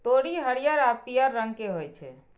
तोरी हरियर आ पीयर रंग के होइ छै